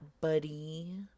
buddy